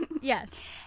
yes